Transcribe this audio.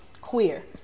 Queer